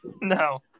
No